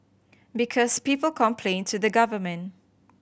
because people complain to the government